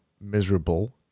miserable